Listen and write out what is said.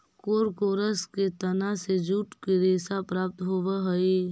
कोरकोरस के तना से जूट के रेशा प्राप्त होवऽ हई